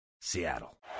Seattle